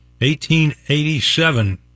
1887